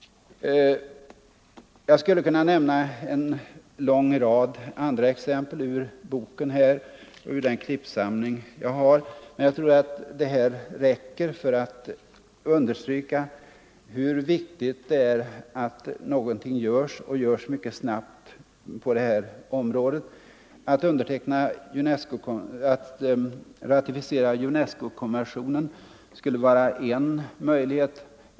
Jag skulle kunna nämna en lång rad andra exempel ur boken och ur den klippsamling jag har, men jag tror att det här räcker för att understryka hur viktigt det är att någonting görs, och görs mycket snabbt, på det här området. Att ratificera UNESCO-konventionen skulle vara ett steg i rätt riktning.